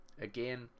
Again